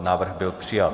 Návrh byl přijat.